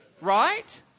Right